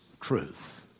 truth